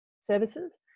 services